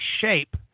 shape